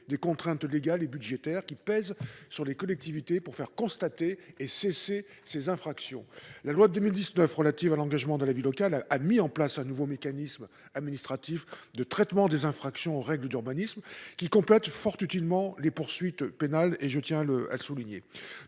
des contraintes légales et budgétaires qui pèsent sur les collectivités pour faire constater et cesser ces infractions. La loi du 27 décembre 2019 relative à l'engagement dans la vie locale et à la proximité de l'action publique a mis en place un nouveau mécanisme administratif de traitement des infractions aux règles d'urbanisme qui complète fort utilement les poursuites pénales. Je tiens à le souligner.